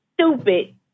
stupid